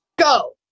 Go